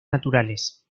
naturales